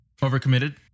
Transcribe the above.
overcommitted